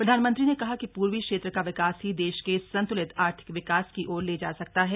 प्रधानमंत्री ने कहा कि पूर्वी क्षेत्र का विकास ही देश के संतुलित आर्थिक विकास की ओर ले जा सकता है